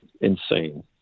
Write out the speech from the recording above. insane